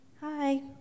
Hi